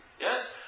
yes